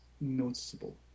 noticeable